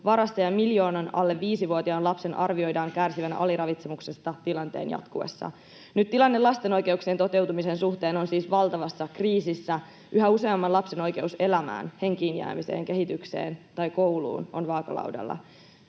varassa ja miljoonan alle 5-vuotiaan lapsen arvioidaan kärsivän aliravitsemuksesta tilanteen jatkuessa. Nyt tilanne lasten oikeuksien toteutumisen suhteen on siis valtavassa kriisissä. Yhä useamman lapsen oikeus elämään, henkiinjäämiseen, kehitykseen tai kouluun on vaakalaudalla.